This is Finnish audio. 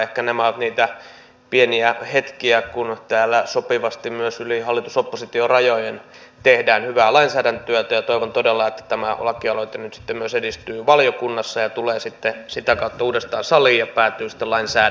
ehkä nämä ovat niitä pieniä hetkiä kun täällä sopivasti myös yli hallitusoppositio rajojen tehdään hyvää lainsäädäntötyötä ja toivon todella että tämä lakialoite nyt myös edistyy valiokunnassa ja tulee sitä kautta uudestaan saliin ja päätyy sitten lainsäädännöksi